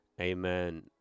Amen